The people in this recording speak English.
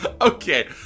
Okay